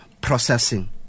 processing